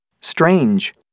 Strange